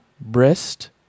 breast